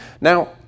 Now